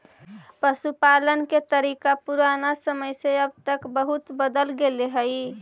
पशुपालन के तरीका पुराना समय से अब तक बहुत बदल गेले हइ